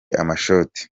amashoti